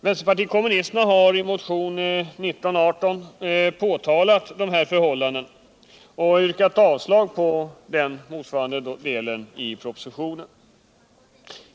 Vänsterpartiet kommunisterna har i motionen 1918 påtalat dessa förhållanden och yrkat avslag beträffande den delen av propositionen.